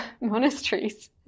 monasteries